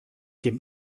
dem